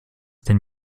denn